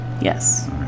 Yes